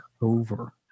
over